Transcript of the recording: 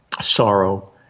sorrow